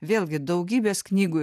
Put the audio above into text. vėlgi daugybės knygų